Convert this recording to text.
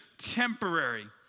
temporary